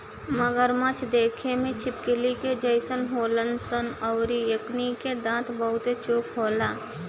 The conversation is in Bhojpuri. मगरमच्छ देखे में छिपकली के जइसन होलन सन अउरी एकनी के दांत बहुते चोख होला